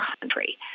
country